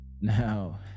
now